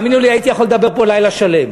תאמינו לי, הייתי יכול לדבר פה לילה שלם.